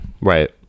Right